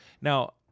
Now